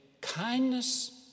kindness